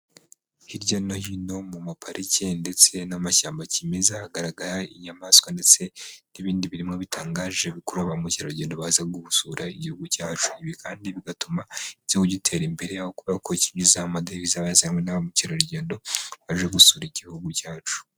Hirya no hino mu ma parike ndetse n'amashyamba kimeza, hagaragara inyamaswa ndetse n'ibindi birimo bitangaje bikurura ba mukerarugendo baza gusura igihugu cyacu, ibi kandi bigatuma igihugu gitera imbere, kubera ko kinyuzwaho n'amadovize aba yazanywe na ba mukerarugendo baje gusura igihugu cyacu.